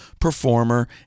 performer